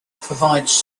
provides